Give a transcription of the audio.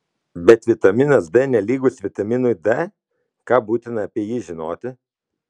bet vitaminas d nelygus vitaminui d ką būtina apie jį žinoti